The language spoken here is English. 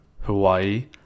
Hawaii